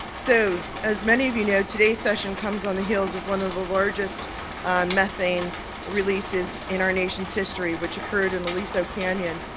so as many of you know, today's session comes on heels of one of the largest methane releases in our nation's history, which occurred in aliso canyon